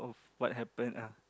what happened ah